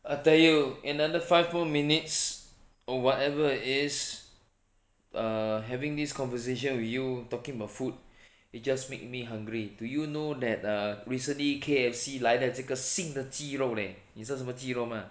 I tell you another five more minutes or whatever it is err having this conversation with you talking about food it just make me hungry do you know that recently err K_F_C 来了这个新的鸡肉 leh 你知道什么鸡肉吗